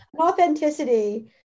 authenticity